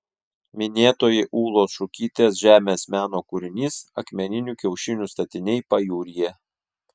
minėtoji ūlos šukytės žemės meno kūrinys akmeninių kiaušinių statiniai pajūryje